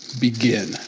begin